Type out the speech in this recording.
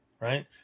right